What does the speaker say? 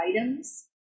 items